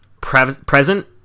present